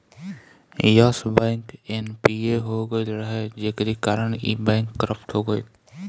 Yes bank NPA हो गईल रहे जेकरी कारण इ बैंक करप्ट हो गईल